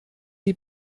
die